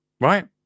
right